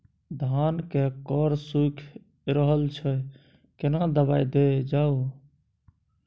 धान के कॉर सुइख रहल छैय केना दवाई देल जाऊ?